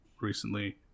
recently